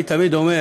אני תמיד אומר